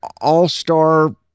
all-star